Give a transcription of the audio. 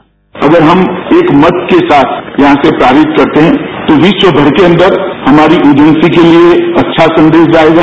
bite अगर हम एक मत के साथ यहां से पारित करते हैं तो विश्वभर के अंदर हमारी ऐजेंसी के लिए अच्छा संदेश जाएगा